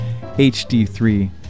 HD3